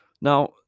Now